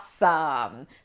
awesome